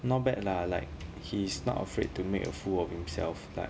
not bad lah like he is not afraid to make a fool of himself like